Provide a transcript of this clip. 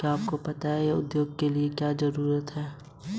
ऐसा क्यों है कि व्यवसाय उद्योग में एन.बी.एफ.आई महत्वपूर्ण है?